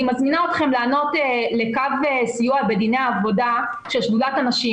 אני מזמינה אתכם לענות לקו סיוע בדיני עבודה של שדולת הנשים.